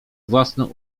własną